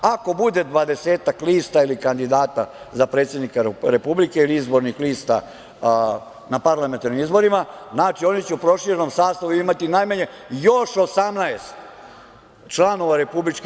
Ako bude 20-ak lista ili kandidata za predsednika Republike ili izbornih lista na parlamentarnim izborima, znači da će oni u proširenom sastavu imati najmanje još 18 članova RIK.